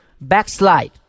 backslide